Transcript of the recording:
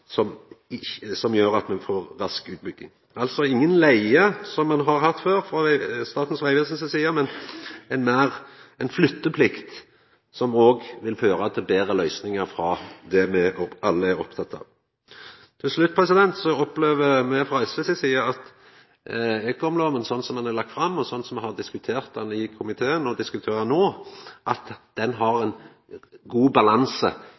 som gjer at me får ei rask utbygging. Det er altså inga leige, som ein har hatt før frå Statens vegvesen si side, men meir ei flytteplikt, som òg vil føra til betre løysingar. Det er me alle opptekne av. Til slutt: Me i SV opplever at ekomlova, slik som ho er lagd fram, og slik som me har diskutert ho i komiteen og her no, har god balanse